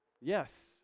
Yes